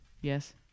Yes